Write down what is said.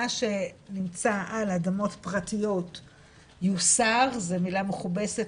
מה שנמצא על אדמות פרטיות יוסר - זה מילה מכובסת